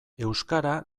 euskara